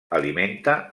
alimenta